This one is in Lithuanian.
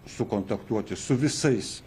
sukontaktuoti su visais